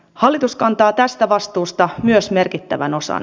hallitus kantaa tästä vastuusta myös merkittävän osan